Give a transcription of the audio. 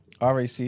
RAC